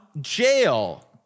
jail